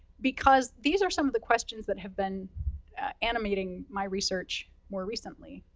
because, these are some of the questions that have been animating my research more recently.